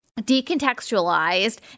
decontextualized